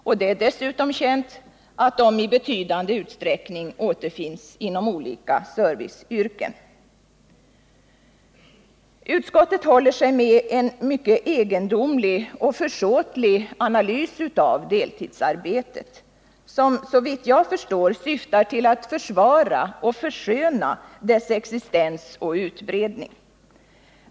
Och det är dessutom känt att de i betydande utsträckning återfinns inom olika serviceyrken. Utskottet gör en mycket egendomlig och försåtlig analys av deltidsarbetet, som såvitt jag förstår syftar till att försvara och försköna dess existens och utbredning.